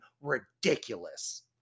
ridiculous